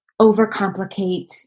overcomplicate